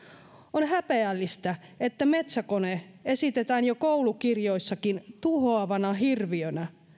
on häpeällistä että metsäkone esitetään jo koulukirjoissakin tuhoavana hirviönä